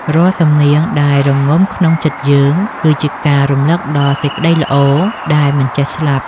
រាល់សំនៀងដែលរងំក្នុងចិត្តយើង គឺជាការរំលឹកដល់សេចក្ដីល្អដែលមិនចេះស្លាប់។